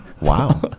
Wow